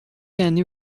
یعنی